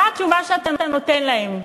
מה התשובה שאתה נותן להם?